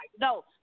No